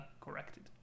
corrected